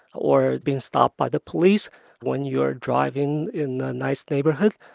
or being stopped by the police when you're driving in a nice neighborhood.